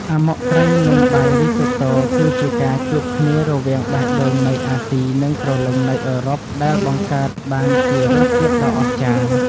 អាម៉ុកត្រី និងបាយរីសូតូគឺជាការជួបគ្នារវាងបេះដូងនៃអាស៊ីនិងព្រលឹងនៃអឺរ៉ុបដែលបង្កើតបានជារសជាតិដ៏អស្ចារ្យ។